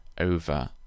over